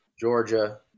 Georgia